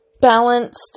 balanced